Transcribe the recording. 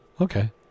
Okay